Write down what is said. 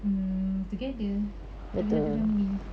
mm together sebagai satu family